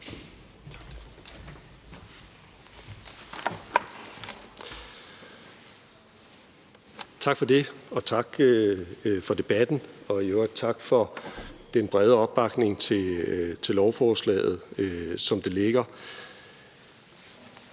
Tak for det. Tak for debatten, og i øvrigt tak for den brede opbakning til lovforslaget, som det ligger.